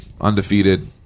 undefeated